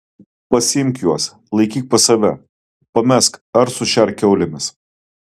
pasiimk juos laikyk pas save pamesk ar sušerk kiaulėmis